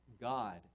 God